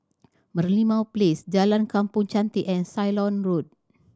Merlimau Place Jalan Kampong Chantek and Ceylon Road